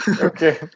Okay